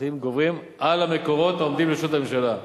הצרכים גוברים על המקורות העומדים לרשות הממשלה.